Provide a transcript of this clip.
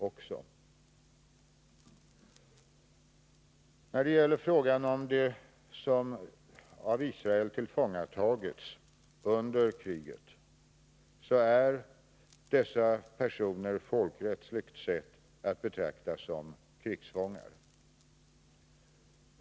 Beträffande dem som tillfångatagits av Israel under kriget vill jag säga att dessa personer folkrättsligt sett är att betrakta som krigsfångar.